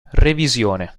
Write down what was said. revisione